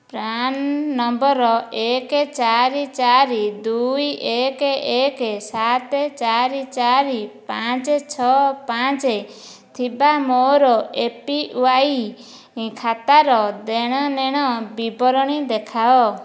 PRAN number ଏକ ଚାରି ଚାରି ଦୁଇ ଏକ ଏକ ସାତ ଚାରି ଚାରି ପାଞ୍ଚ ଛଅ ପାଞ୍ଚ ଥିବା ମୋର ଏ ପି ୱାଇ ଖାତାର ଦେଣ ନେଣ ବିବରଣୀ ଦେଖାଅ